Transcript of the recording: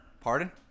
Pardon